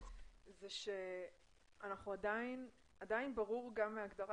שעדיין ברור גם מההגדרה,